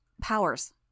Powers